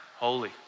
Holy